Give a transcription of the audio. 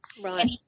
Right